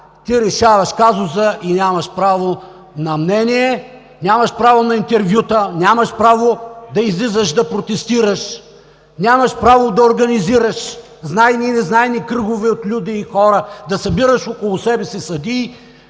Ти решаваш казуса и нямаш право на мнение, нямаш право на интервюта, нямаш право да излизаш, да протестираш, нямаш право да организираш знайни и незнайни кръгове от люде и хора, да събираш около себе си съдии,